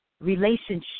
relationship